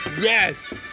Yes